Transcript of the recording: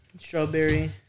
Strawberry